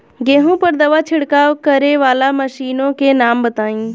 गेहूँ पर दवा छिड़काव करेवाला मशीनों के नाम बताई?